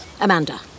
Amanda